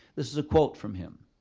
this is a quote from him.